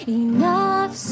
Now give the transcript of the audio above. enough